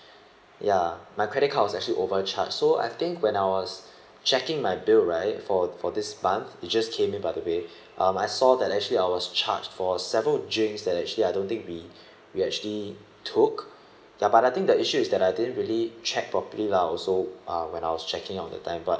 ya my credit card was actually overcharged so I think when I was checking my bill right for for this month it just came in by the way um I saw that actually I was charged for several drinks that actually I don't think we we actually took ya but I think the issues that I didn't really check properly lah also uh when I was checking on that time but